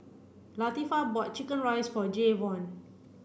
Latifah bought chicken rice for Jayvon